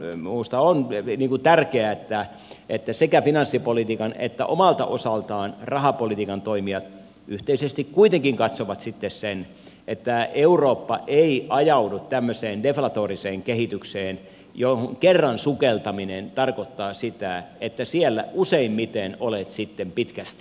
minusta on tärkeää että sekä finanssipolitiikan että omalta osaltaan rahapolitiikan toimijat yhteisesti kuitenkin katsovat sitten sen että eurooppa ei ajaudu tämmöiseen deflatoriseen kehitykseen johon kerran sukeltaminen tarkoittaa sitä että siellä useimmiten olet sitten pitkästi